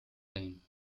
lane